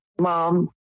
mom